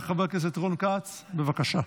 חבר הכנסת רון כץ, בבקשה.